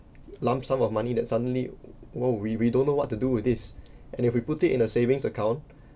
lump sum of money that suddenly well we we don't know what to do with this and if we put it in a savings account